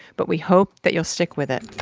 but we hope that you'll stick with it